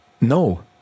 No